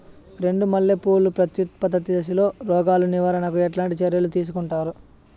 చెండు మల్లె పూలు ప్రత్యుత్పత్తి దశలో రోగాలు నివారణకు ఎట్లాంటి చర్యలు తీసుకుంటారు?